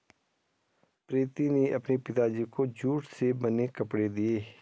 प्रीति ने अपने पिताजी को जूट से बने कपड़े दिए